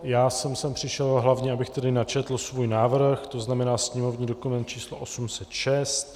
Já jsem sem přišel, hlavně abych načetl svůj návrh, tzn. sněmovní dokument číslo 806.